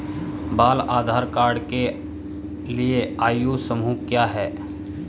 बाल आधार कार्ड के लिए आयु समूह क्या है?